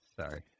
Sorry